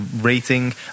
rating